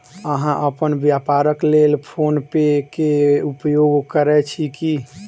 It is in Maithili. अहाँ अपन व्यापारक लेल फ़ोन पे के उपयोग करै छी की?